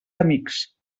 amics